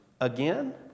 again